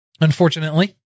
unfortunately